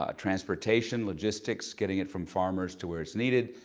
ah transportation, logistics, getting it from farmers to where it's needed,